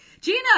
Gina